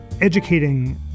educating